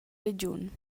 regiun